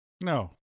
No